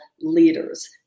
leaders